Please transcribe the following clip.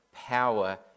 power